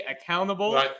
accountable